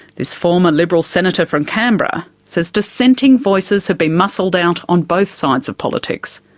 this former liberal senator from canberra says dissenting voices have been muscled out on both sides of politics.